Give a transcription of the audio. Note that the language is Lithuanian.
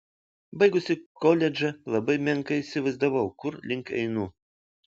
baigusi koledžą labai menkai įsivaizdavau kur link einu